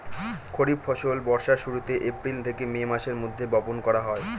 খরিফ ফসল বর্ষার শুরুতে, এপ্রিল থেকে মে মাসের মধ্যে, বপন করা হয়